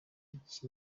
iki